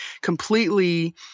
completely